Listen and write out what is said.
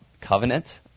covenant